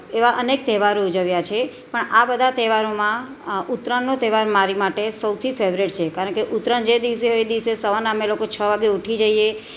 એવા અનેક તહેવારો ઉજવ્યા છે પણ આ બધા તહેવારોમાં ઉત્તરાયણનો તહેવાર મારી માટે સૌથી ફેવરેટ છે કારણ કે ઉત્તરાયણ જે દિવસે હોય એ દિવસે સવારના અમે લોકો છ વાગે ઉઠી જઈએ